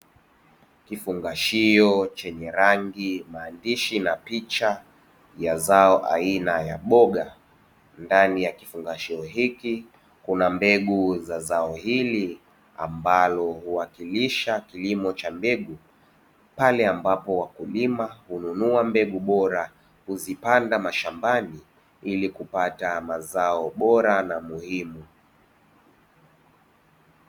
Kifungashio chenye rangi, maandishi na picha ya zao aina ya boga. Ndani ya kifungashio hiki kuna mbegu za zao hili ambalo huwakilisha kilimo cha mbegu pale ambapo wakulima hununua mbegu bora, kuzipanda mashambani ili kupata mazao bora na muhimu.